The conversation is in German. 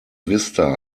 vista